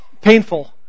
painful